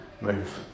move